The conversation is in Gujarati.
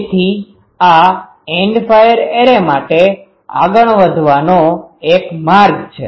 તેથી આ એન્ડ ફાયર એરે માટે આગળ વધવાનો એક માર્ગ છે